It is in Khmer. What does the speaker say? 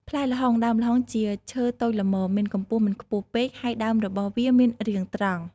ផ្លែល្ហុង ដើមល្ហុងជាឈើតូចល្មម មានកម្ពស់មិនខ្ពស់ពេក ហើយដើមរបស់វាមានរាងត្រង់។